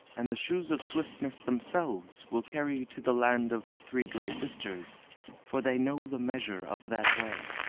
and the shoes of swiftness themselves will carry you to the land of the three gray sisters for they know the measure of that way.